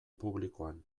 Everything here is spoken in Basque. publikoan